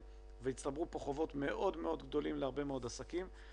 והצטברו פה חובות מאוד-מאוד גדולים להרבה מאוד עסקים.